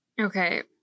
Okay